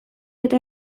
eta